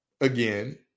again